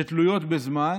שתלויות בזמן.